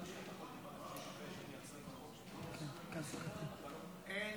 אין